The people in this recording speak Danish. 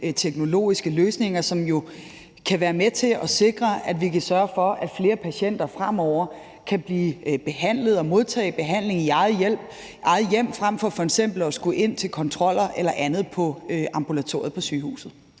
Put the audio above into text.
teknologiske løsninger, som jo kan være med til at sikre, at vi kan sørge for, at flere patienter fremover kan blive behandlet og modtage behandling i eget hjem frem for f.eks. at skulle ind til kontroller eller andet på ambulatoriet på sygehuset.